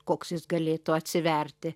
koks jis galėtų atsiverti